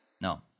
No